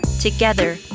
Together